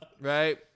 Right